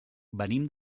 venim